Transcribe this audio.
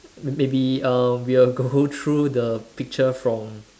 may~ maybe um we will go through the picture from